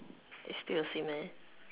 is still the same eh